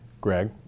Greg